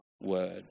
word